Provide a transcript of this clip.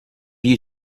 you